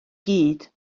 gyd